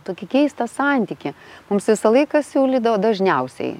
tokį keistą santykį mums visą laiką siūlydavo dažniausiai